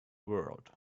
world